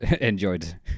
enjoyed